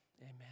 amen